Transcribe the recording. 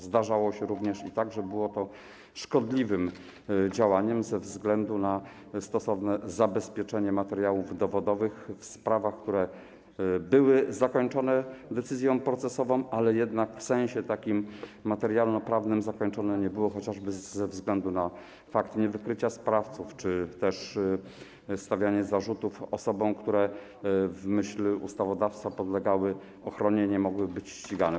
Zdarzało się i tak, że okazywało się to szkodliwym działaniem w kontekście stosownego zabezpieczenia materiałów dowodowych w sprawach, które były zakończone decyzją procesową, ale jednak w sensie materialnoprawnym zakończone nie były, chociażby ze względu na fakt niewykrycia sprawców czy też stawianie zarzutów osobom, które w myśl ustawodawstwa podlegały ochronie, nie mogły być ścigane.